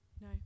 No